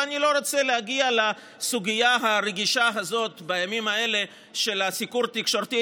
אני לא רוצה להגיע לסוגיה הרגישה הזו בימים האלה של הסיקור התקשורתי,